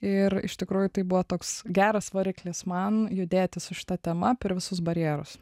ir iš tikrųjų tai buvo toks geras variklis man judėti su šita tema per visus barjerus